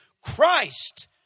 Christ